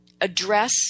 address